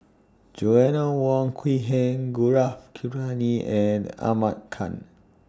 Joanna Wong Quee Heng Gaurav and Ahmad Khan